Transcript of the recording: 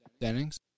Dennings